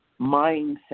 Mindset